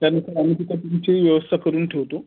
त्यानुसार आम्ही तिथं तुमची व्यवस्था करून ठेवतो